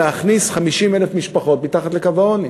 להכניס 50,000 משפחות מתחת לקו העוני.